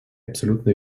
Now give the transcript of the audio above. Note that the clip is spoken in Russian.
абсолютное